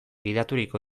gidaturiko